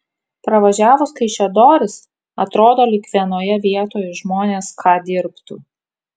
pravažiavus kaišiadoris atrodo lyg vienoje vietoj žmonės ką dirbtų